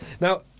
Now